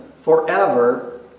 forever